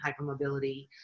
hypermobility